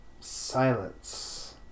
Silence